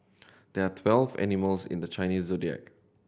there are twelve animals in the Chinese Zodiac